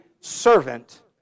servant